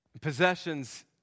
possessions